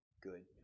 good